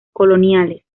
coloniales